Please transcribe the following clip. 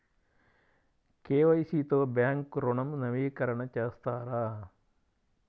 KYC తో bank ఋణం నవీకరణ చేస్తారా?